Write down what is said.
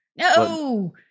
No